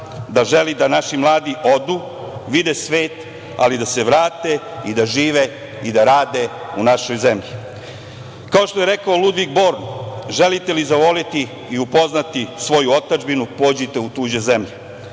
da želi da naši mladi odu, vide svet, ali da se vrate i da žive i da rade u našoj zemlji. Kao što je rekao Ludvik Bor – želite li zavoleti i upoznati svoju otadžbinu, pođite u tuđe zemlje.